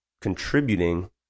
contributing